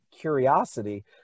curiosity